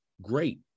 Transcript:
great